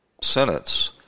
sentence